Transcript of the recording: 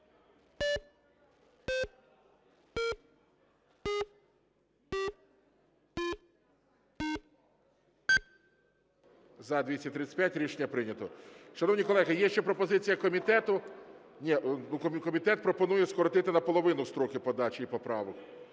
За-235 Рішення прийнято. Шановні колеги, є ще пропозиція комітету... Ні, ну, комітет пропонує скоротити наполовину строки подачі поправок,